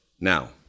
Now